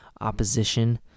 opposition